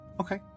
Okay